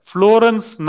Florence